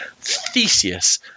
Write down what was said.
theseus